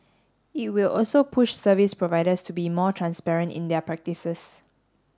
it will also push service providers to be more transparent in their practices